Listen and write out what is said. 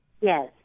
Yes